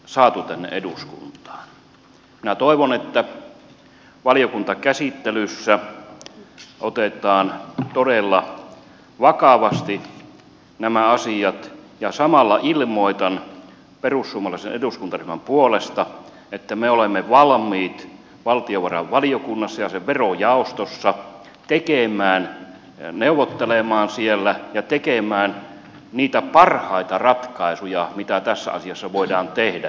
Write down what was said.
minä toivon että valiokuntakäsittelyssä otetaan todella vakavasti nämä asiat ja samalla ilmoitan perussuomalaisen eduskuntaryhmän puolesta että me olemme valmiit valtiovarainvaliokunnassa ja sen verojaostossa neuvottelemaan ja tekemään niitä parhaita ratkaisuja mitä tässä asiassa voidaan tehdä